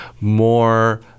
more